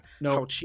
No